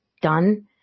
done